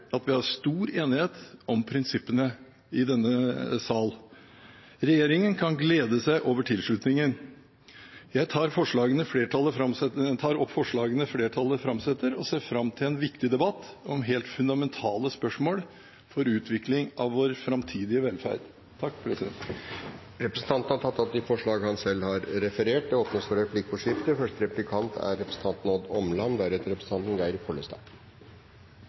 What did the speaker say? at det i denne sal er stor enighet om prinsippene. Regjeringen kan glede seg over tilslutningen. Jeg tar opp forslagene flertallet har framsatt, og ser fram til en viktig debatt om helt fundamentale spørsmål for utviklingen av vår framtidige velferd. Representanten Gunnar Gundersen har tatt opp de forslagene han refererte til. Det blir replikkordskifte. Representanten Gundersen har ved flere anledninger forsøkt å framstille det som at det regjeringen foreslår, er